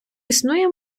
існує